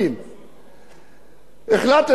ואני נמצא בכנסת והייתי בלי מפקד.